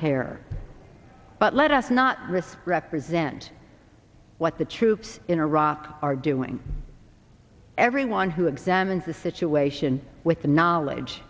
terror but let us not risk present what the troops in iraq are doing everyone who examines the situation with the knowledge